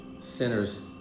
sinners